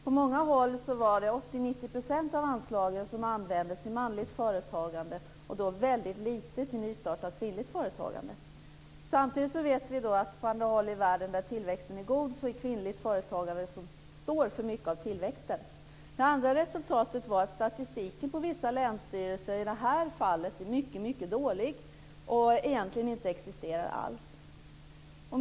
På många håll var det 80-90 % som användes till manligt företagande och väldigt lite till nystartat kvinnligt företagande. Samtidigt vet vi att på andra håll i världen där tillväxten är god är det kvinnligt företagande som står för mycket av tillväxten. Det andra resultatet var att statistiken på vissa länsstyrelser i det här fallet är mycket dålig och egentligen inte existerar alls.